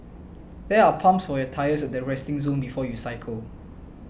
there are pumps for your tyres at the resting zone before you cycle